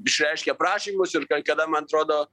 išreiškė prašymus ir kai kada man atrodo